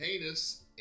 heinous